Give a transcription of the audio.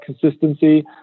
consistency